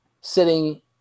sitting